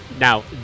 now